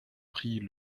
pris